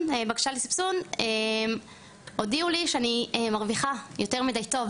לסבסוד בקשה לסבסוד הודיעו לי שאני מרוויחה יותר מדי טוב,